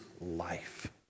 life